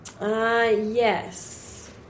Yes